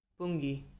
Pungi